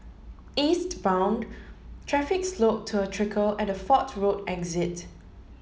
eastbound traffic slowed to a trickle at the Fort Road exit